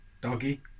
doggy